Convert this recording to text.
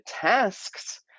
tasks